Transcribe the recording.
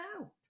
out